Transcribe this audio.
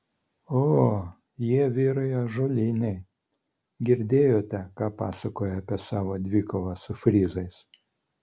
o jie vyrai ąžuoliniai girdėjote ką pasakojo apie savo dvikovą su frizais